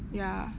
ya